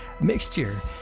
mixture